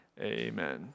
Amen